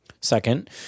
Second